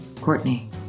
Courtney